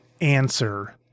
answer